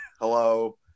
Hello